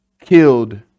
killed